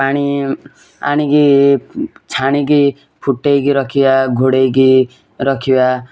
ପାଣି ଆଣିକି ଛାଣିକି ଫୁଟେଇକି ରଖିବା ଘୋଡ଼େଇକି ରଖିବା